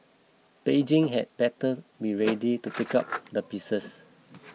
Beijing had better be ready to pick up the pieces